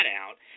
out